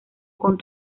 con